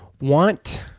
want